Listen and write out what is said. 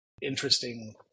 interesting